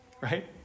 right